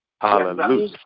Hallelujah